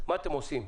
מה אתם עושים,